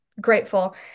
grateful